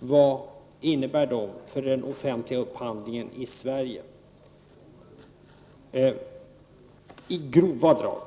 gjort innebär för den offentliga upphandlingen i Sverige, i grova drag.